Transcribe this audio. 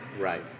Right